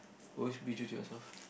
always be true to yourself